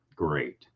great